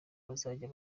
bazajya